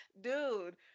dude